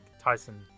Tyson